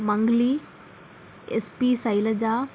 Mangli SP Shailaja